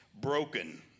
broken